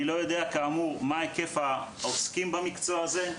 אני לא יודע מה היקף העוסקים במקצוע הזה.